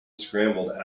scrambled